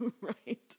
Right